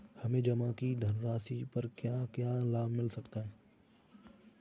हमें जमा की गई धनराशि पर क्या क्या लाभ मिल सकता है?